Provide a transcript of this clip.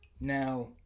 Now